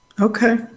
Okay